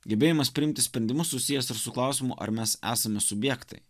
gebėjimas priimti sprendimus susijęs ir su klausimu ar mes esame subjektai